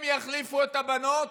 הם יחליפו את הבנות?